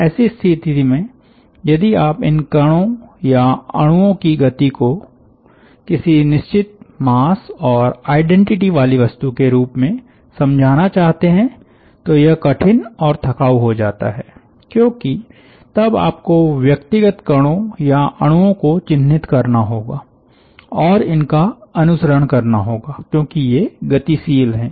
ऐसी स्थिति में यदि आप इन कणों या अणुओं की गति को किसी निश्चित मास और आइडेंटिटी वाली वस्तु के रूप में समझना चाहते हैं तो यह कठिन और थकाऊ हो जाता है क्योंकि तब आपको व्यक्तिगत कणों या अणुओं को चिन्हित करना होगा और इनका अनुसरण करना होगा क्योंकि ये गतिशील है